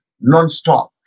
non-stop